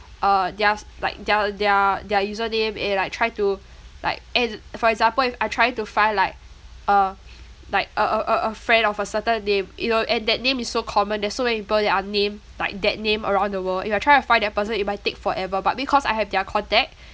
uh theirs like their their their username and like try to like and for example if I try to find like uh like a a a a friend of a certain name you know and that name is so common there's so many people that are named like that name around the world if I try to find that person it might take forever but because I have their contact